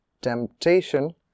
temptation